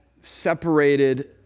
separated